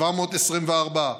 724,